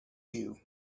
you